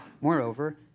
Moreover